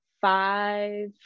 five